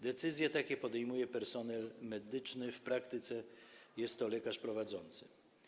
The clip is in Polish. Decyzje takie podejmuje personel medyczny, a w praktyce - lekarz prowadzący.